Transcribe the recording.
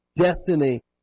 Destiny